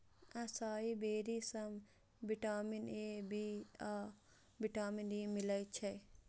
असाई बेरी सं vitamin A, C आ विटामिन ई मिलै छै